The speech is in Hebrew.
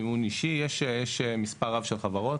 מימון אישי, יש מספר רב של חברות.